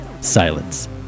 Silence